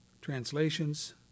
translations